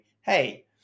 Hey